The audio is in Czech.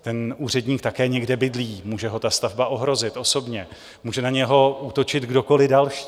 Ten úředník také někde bydlí, může ho ta stavba ohrozit osobně, může na něho útočit kdokoliv další.